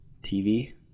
TV